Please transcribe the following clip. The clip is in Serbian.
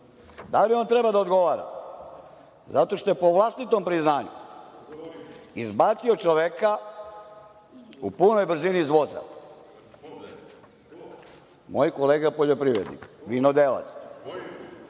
da li on treba da odgovara zato što je po vlastitom priznanju izbacio čoveka u punoj brzini iz voza?(Vojislav Šešelj: Ko?)Moj kolega poljoprivrednik, vinodelac.